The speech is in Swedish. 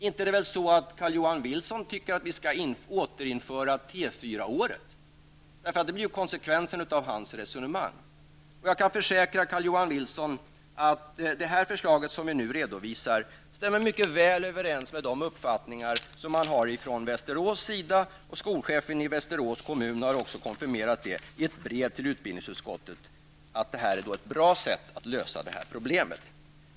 Inte är det väl så att Carl Johan Wilson tycker att vi skall återinföra det s.k. T4-året? För det blir ju konsekvensen av hans resonemang. Jag kan försäkra Carl-Johan Wilson att det förslag som vi nu redovisar mycket väl stämmer överens med de uppfattningar som man har i Västerås. Skolchefen i Västerås har också konfirmerat det i ett brev till utbildningsutskottet att det här är ett bra sätt att lösa problemet.